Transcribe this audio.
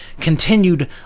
continued